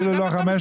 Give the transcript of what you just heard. אפילו לא 15,000?